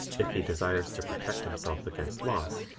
if he desires to protect himself against loss,